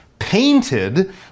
painted